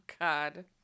God